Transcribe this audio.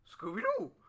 Scooby-Doo